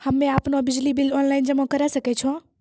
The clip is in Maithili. हम्मे आपनौ बिजली बिल ऑनलाइन जमा करै सकै छौ?